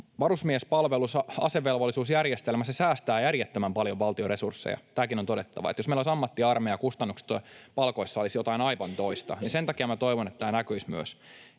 Varusmiespalvelus ja asevelvollisuusjärjestelmä säästää järjettömän paljon valtion resursseja. Tämäkin on todettava. Jos meillä olisi ammattiarmeija, kustannukset palkoissa olisivat jotain aivan toista, ja sen takia minä toivon, että tämä myös